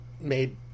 made